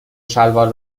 شلوار